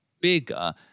bigger